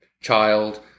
child